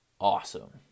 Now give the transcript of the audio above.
awesome